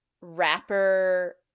rapper